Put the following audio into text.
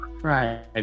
Right